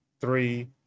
three